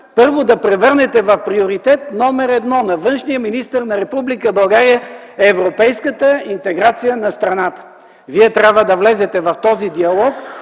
първо, да превърнете в приоритет № 1 на външния министър на Република България европейската интеграция на страната. Вие трябва да влезете в този диалог